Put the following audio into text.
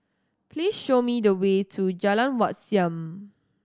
please show me the way to Jalan Wat Siam